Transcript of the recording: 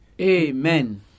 Amen